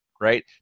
Right